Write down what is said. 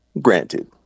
Granted